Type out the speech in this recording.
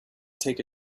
take